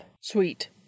Sweet